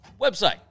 website